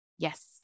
Yes